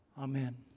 Amen